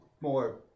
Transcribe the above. more